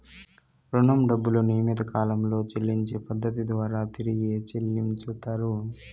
రుణం డబ్బులు నియమిత కాలంలో చెల్లించే పద్ధతి ద్వారా తిరిగి చెల్లించుతరు